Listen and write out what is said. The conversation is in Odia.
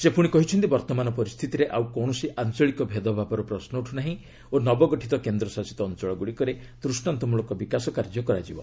ସେ ପୁଣି କହିଛନ୍ତି ବର୍ତ୍ତମାନ ପରିସ୍ଥିତିରେ ଆଉ କୌଣସି ଆଞ୍ଚଳିକ ଭେଦଭାବର ପ୍ରଶ୍ନ ଉଠୁନାହିଁ ଓ ନବଗଠିତ କେନ୍ଦ୍ରଶାସିତ ଅଞ୍ଚଳଗୁଡ଼ିକରେ ଦୃଷ୍ଟାନ୍ତମଳକ ବିକାଶ କାର୍ଯ୍ୟ କରାଯିବ